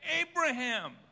Abraham